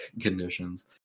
conditions